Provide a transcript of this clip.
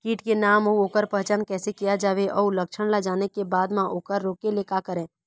कीट के नाम अउ ओकर पहचान कैसे किया जावे अउ लक्षण ला जाने के बाद मा ओकर रोके ले का करें?